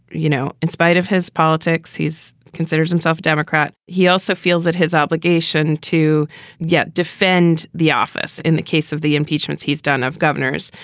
you know, in spite of his politics, he's considers himself a democrat. he also feels that his obligation to yet defend the office in the case of the impeachments he's done of governors.